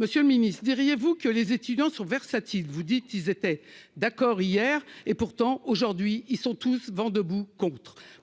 Monsieur le ministre, diriez-vous que les étudiants sont versatiles ? Vous avez dit qu'ils étaient d'accord hier ; pourtant, aujourd'hui, ils sont tous vent debout. Cette